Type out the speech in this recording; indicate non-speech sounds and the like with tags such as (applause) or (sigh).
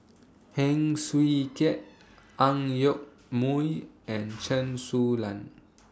Heng Swee Keat (noise) Ang Yoke Mooi and Chen Su Lan